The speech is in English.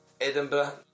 Edinburgh